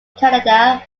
canada